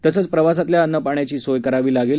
तसंच प्रवासातल्या अन्न पाण्याची सोय करावी लागेल